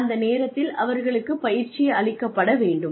அந்த நேரத்தில் அவர்களுக்குப் பயிற்சி அளிக்கப்பட வேண்டும்